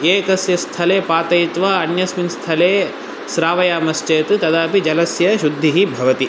एकस्य स्थले पातयित्वा अन्यस्मिन् स्थले स्रावयामश्चेत् तदापि जलस्य शुद्धिः भवति